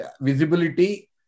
visibility